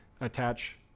attach